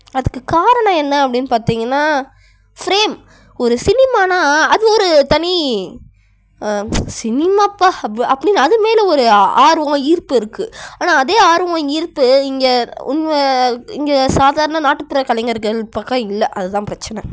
அதுக்கு காரணம் என்ன அப்படின் பார்த்திங்கன்னா ஃப்ரேம் ஒரு சினிமானால் அது ஒரு தனி சினிமாப்பா அப் அப்படினு அது மேலே ஒரு ஆ ஆர்வம் ஈர்ப்பு இருக்குது ஆனால் அதே ஆர்வம் ஈர்ப்பு இங்கே இங்கே சாதாரண நாட்டுப்புற கலைஞர்கள் பக்கம் இல்லை அதுதான் பிரச்சின